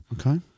okay